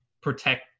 protect